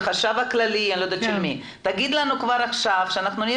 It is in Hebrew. אין ספק שאנחנו עוד נהיה